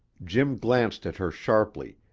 jim glanced at her sharply,